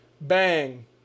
Bang